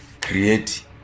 create